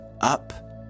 up